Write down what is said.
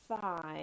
five